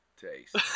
taste